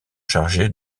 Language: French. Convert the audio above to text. chargé